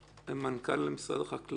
מנכ"ל משרד החקלאות